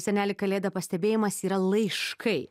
seneli kalėda pastebėjimas yra laiškai